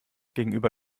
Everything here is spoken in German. gegenüber